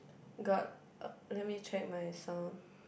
got let me check my sound